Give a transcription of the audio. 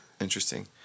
Interesting